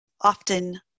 often